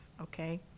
okay